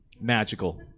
Magical